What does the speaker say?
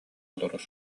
олорор